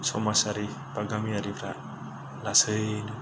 समाजारि बा गामियारिफोरा लासैनो